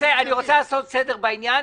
רוצה לעשות סדר בעניין,